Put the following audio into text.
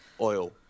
oil